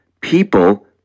people